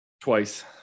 Twice